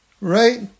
Right